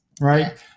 right